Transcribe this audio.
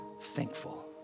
thankful